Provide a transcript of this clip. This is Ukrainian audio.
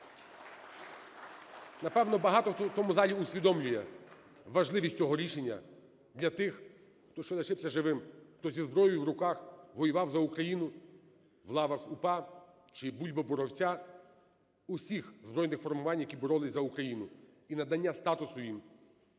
Напевно, багато, хто в цьому залі усвідомлює важливість цього рішення для тих, хто ще лишився живим, хто із зброєю в руках воював за Україну в лавах УПА чи Бульби-Боровця, усіх збройних формувань, які боролися за Україну. І надання статусу їм